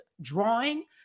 drawing